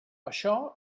això